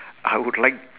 I would like